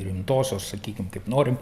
rimtosios sakykim kaip norim